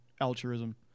altruism